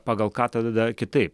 pagal ką tada dar kitaip